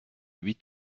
huit